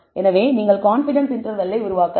எனவே நீங்கள் கான்பிடன்ஸ் இன்டர்வெல்லை உருவாக்கலாம்